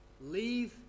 leave